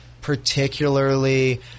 particularly